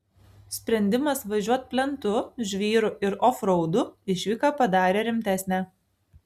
sprendimas važiuot plentu žvyru ir ofraudu išvyką padarė rimtesnę